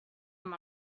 amb